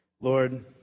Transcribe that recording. Lord